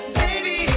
baby